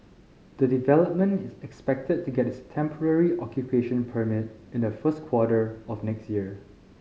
the development is expected to get its temporary occupation permit in the first quarter of next year